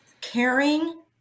caring